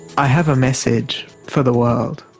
i have a message for the world.